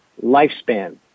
lifespan